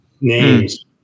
names